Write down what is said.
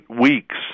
weeks